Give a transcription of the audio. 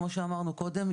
כמו שאמרנו קודם,